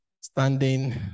standing